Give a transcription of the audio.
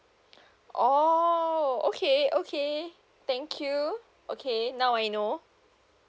oh okay okay thank you okay now I know